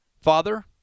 father